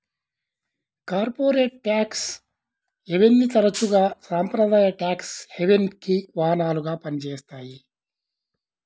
corporate tax హెవెన్ని తరచుగా సాంప్రదాయ ట్యేక్స్ హెవెన్కి వాహనాలుగా పనిచేస్తాయి